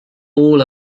all